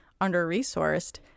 under-resourced